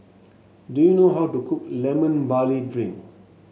do you know how to cook Lemon Barley Drink